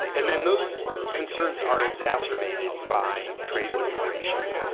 and then those concerns are exacerbated by trade and immigration.